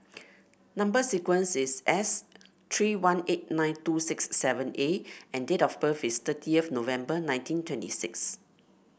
number sequence is S three one eight nine two six seven A and date of birth is thirty of November nineteen twenty six